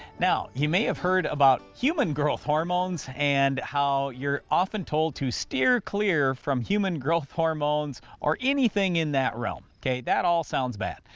now, you may have heard about human growth hormones and how you're often told to steer clear from human growth hormones or anything in that realm. okay, that all sounds bad.